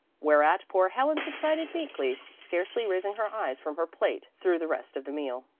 whereat poor helen subsided meekly, scarcely raising her eyes from her plate through the rest of the meal.